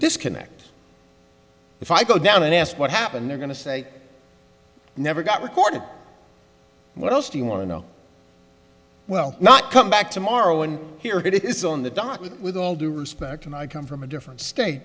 disconnect if i go down and ask what happened they're going to say never got recorded what else do you want to know well not come back tomorrow and here it is on the dock with with all due respect and i come from a different state